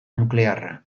nuklearra